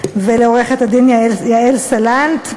ולעורכת-הדין יעל סלנט.